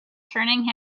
turning